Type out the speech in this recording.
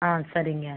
ஆ சரிங்க